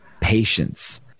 patience